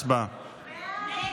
הצבעה.